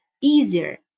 easier